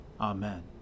Amen